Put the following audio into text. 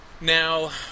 Now